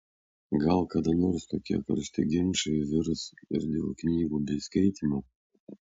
gal kada nors tokie karšti ginčai virs ir dėl knygų bei skaitymo